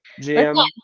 GM